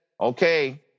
okay